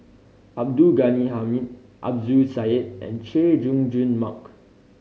Abdul Ghani Hamid Zubir Said and Chay Jung Jun Mark